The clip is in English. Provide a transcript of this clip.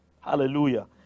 Hallelujah